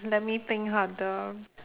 let me think harder